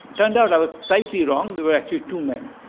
turned out, i was slightly wrong. there were actually two men.